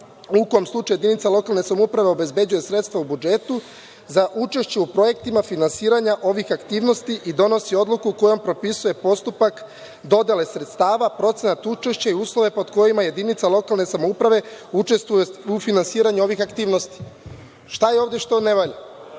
u kom slučaju jedinica lokalne samouprave obezbeđuje sredstva u budžetu za učešće u projektima finansiranja ovih aktivnosti i donosi odluku kojom propisuje postupak dodele sredstava, procenat učešća i uslove pod kojima jedinica lokalne samouprave učestvuje u finansiranju ovih aktivnosti. Šta je ovde što ne valja?